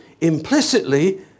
implicitly